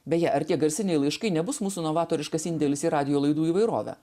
beje ar tie garsiniai laiškai nebus mūsų novatoriškas indėlis į radijo laidų įvairovę